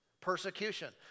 Persecution